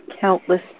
countless